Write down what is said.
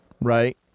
right